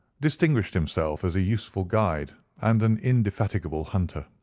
distinguished himself as a useful guide and an indefatigable hunter.